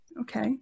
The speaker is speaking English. Okay